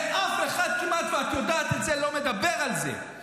ואף אחד כמעט לא מדבר על זה, ואת יודעת את זה.